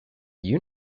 you